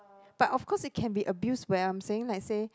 but of course it can be abused where I'm saying let's say